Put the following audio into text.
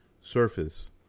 surface